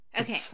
Okay